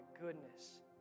goodness